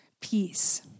peace